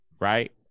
Right